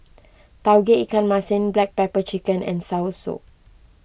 Tauge Ikan Masin Black Pepper Chicken and Soursop